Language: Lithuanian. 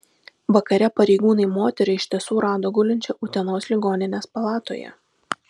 vakare pareigūnai moterį iš tiesų rado gulinčią utenos ligoninės palatoje